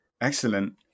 Excellent